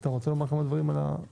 כרגע לא צריך לומר דברים על הנוסח.